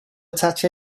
attach